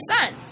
son